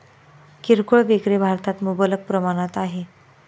किरकोळ विक्री भारतात मुबलक प्रमाणात आहे